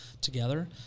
together